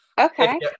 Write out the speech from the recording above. Okay